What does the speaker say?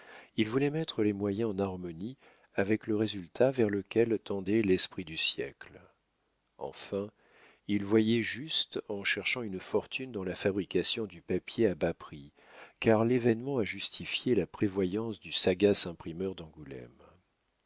il voulait mettre les moyens en harmonie avec le résultat vers lequel tendait l'esprit du siècle enfin il voyait juste en cherchant une fortune dans la fabrication du papier à bas prix car l'événement a justifié la prévoyance du sagace imprimeur d'angoulême